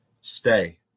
Stay